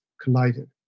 collided